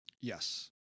Yes